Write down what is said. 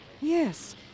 Yes